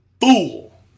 fool